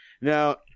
Now